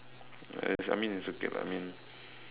uh I mean it's okay lah I mean